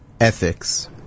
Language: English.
Ethics